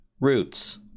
Roots